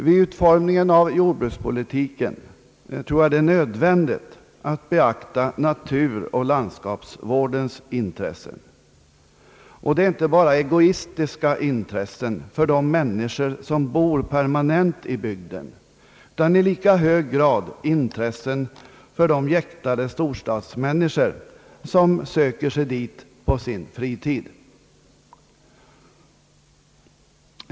Vid utformningen av jordbrukspolitiken är det nödvändigt att beakta naturoch landskapsvårdens intressen. Detta är inte bara ett egoistiskt intresse för de människor som bor permanent i byg den, utan i lika hög grad ett intresse för de jäktade storstadsmänniskor som söker sig dit på sin fritid.